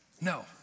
No